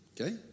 Okay